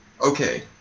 okay